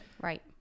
Right